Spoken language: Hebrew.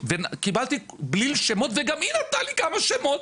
קיבלתי בליל שמות וגם היא נתנה לי כמה שמות,